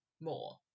more